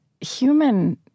human –